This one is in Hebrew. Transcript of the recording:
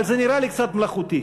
אבל זה נראה לי קצת מלאכותי,